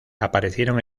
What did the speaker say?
aparecieron